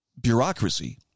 bureaucracy